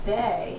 day